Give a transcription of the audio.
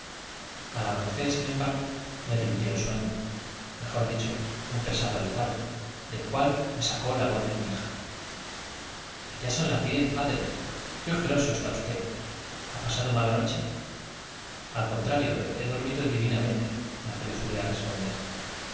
al amanecer sin embargo me rindió el sueño mejor dicho un pesado letargo del cual me sacó la voz de mi hija que ya son las diez padre i qué ojeroso está usted ha pasado mala noche al contrario he dormido divinamente me apresuré á e'sponder